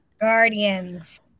guardians